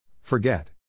Forget